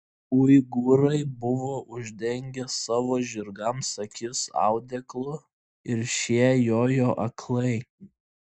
uigūrai buvo uždengę savo žirgams akis audeklu ir šie jojo aklai